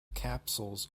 capsules